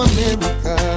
America